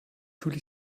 fühle